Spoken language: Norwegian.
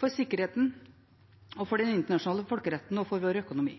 for sikkerheten, for den internasjonale folkeretten og for vår økonomi.